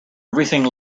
everything